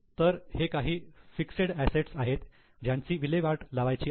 तर हे काही फिक्सेड असेट्स आहेत ज्यांची विल्हेवाट लावायची आहे